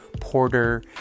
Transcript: porter